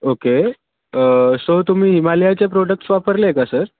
okay so तुम्ही हिमालयाचे products वापरले आहे का सर